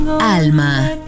Alma